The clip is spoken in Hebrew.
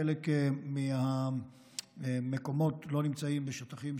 חלק מהמקומות לא נמצאים בשטחי C,